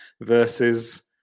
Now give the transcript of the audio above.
versus